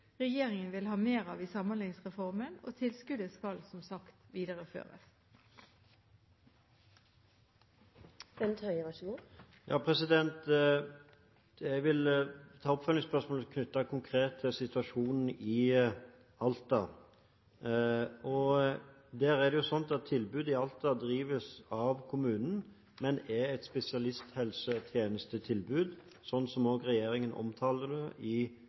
regjeringen vil ha mer av i Samhandlingsreformen, og tilskuddet skal som sagt videreføres. Jeg vil la oppfølgingsspørsmålet være knyttet konkret til situasjonen i Alta. Tilbudet i Alta drives av kommunen, men er et spesialisthelsetjenestetilbud, slik også regjeringen omtaler det i